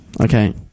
Okay